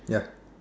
ya